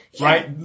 Right